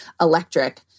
electric